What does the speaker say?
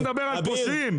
אתה מדבר על פושעים?